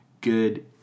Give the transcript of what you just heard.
good